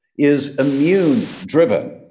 is immune driven.